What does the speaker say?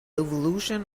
evolution